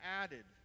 added